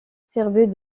servait